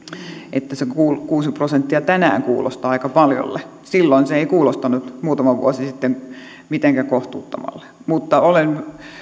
että se kuusi prosenttia tänään kuulostaa aika paljolle silloin se ei kuulostanut muutama vuosi sitten mitenkään kohtuuttomalle mutta olen